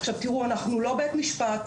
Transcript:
עכשיו תראו, אנחנו לא בית משפט.